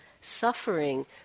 suffering